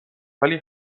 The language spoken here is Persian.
ولی